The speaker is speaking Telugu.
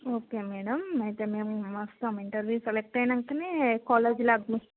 ఓకే మేడమ్ అయితే మేము వస్తాం ఇంటర్వూ సెలెక్ట్ అయ్యాకనే కాలేజ్ ల్యాబ్